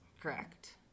correct